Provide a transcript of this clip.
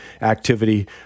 activity